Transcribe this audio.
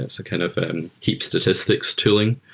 that's kind of and heap statistics tooling.